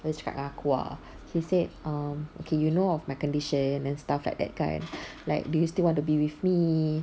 dia cakap dengan aku ah he said um okay you know of my condition and stuff like that kan like do you still want to be with me